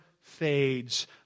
fades